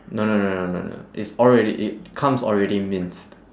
no no no no no no it's alread~ it comes already minced